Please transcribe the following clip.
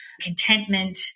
contentment